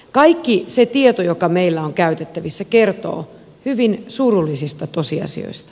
kaikki se tieto joka meillä on käytettävissä kertoo hyvin surullisista tosiasioista